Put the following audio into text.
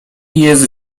jest